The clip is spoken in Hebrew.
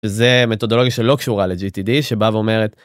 וזה מתודולוגיה שלא קשורה ל-GTD, שבה הוא אומרת...